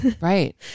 right